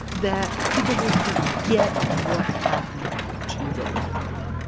that people will forget what happened to those women.